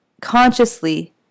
consciously